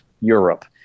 Europe